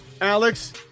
Alex